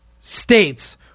states